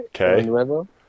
Okay